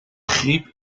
griep